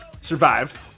survived